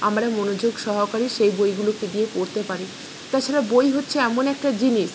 আমরা মনোযোগ সহকারেই সেই বইগুলোকে দিয়ে পড়তে পারি তাছাড়া বই হচ্ছে এমন একটা জিনিস